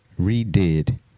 redid